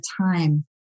time